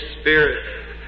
Spirit